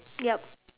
yup